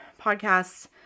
podcasts